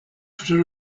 for